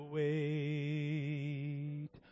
wait